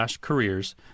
careers